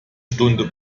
stunde